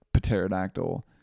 Pterodactyl